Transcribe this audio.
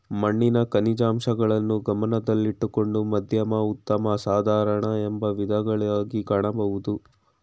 ಮಣ್ಣಿನ ಖನಿಜಾಂಶಗಳನ್ನು ಗಮನದಲ್ಲಿಟ್ಟುಕೊಂಡು ಮಧ್ಯಮ ಉತ್ತಮ ಸಾಧಾರಣ ಎಂಬ ವಿಧಗಳಗಿ ಕಾಣಬೋದು